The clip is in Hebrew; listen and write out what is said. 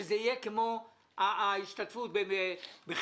שזה יהיה כמו ההשתתפות בחינוך,